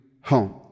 home